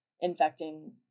infecting